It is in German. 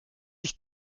ich